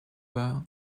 were